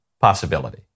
possibility